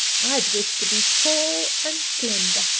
i'd wish to be tall and slender,